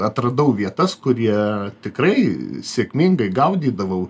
atradau vietas kur jie tikrai sėkmingai gaudydavau